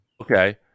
Okay